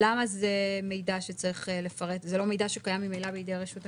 בשביל להביא כביכול הישג בבחירות שאגב זה לא הישג אלא זה תעודת עניות.